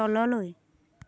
তললৈ